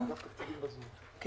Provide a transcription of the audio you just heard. כי